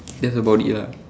that's about it lah